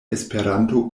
esperanto